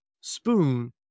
Spoon